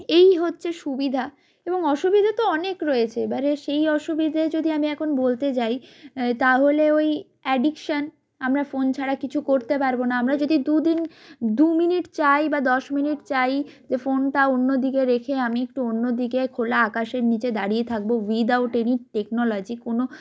এই হচ্ছে সুবিধা এবং অসুবিধা তো অনেক রয়েছে এবারে সেই অসুবিধে যদি আমি এখন বলতে যাই তাহলে ওই অ্যাডিকশান আমরা ফোন ছাড়া কিছু করতে পারবো না আমরা যদি দুদিন দু মিনিট চাই বা দশ মিনিট চাই যে ফোনটা অন্য দিকে রেখে আমি একটু অন্য দিকে খোলা আকাশের নিচে দাঁড়িয়ে থাকবো উইথ আউট এনি টেকনোলজি কোনো